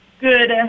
good